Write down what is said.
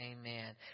amen